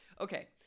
okay